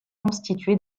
constitué